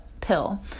pill